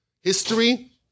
history